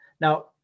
Now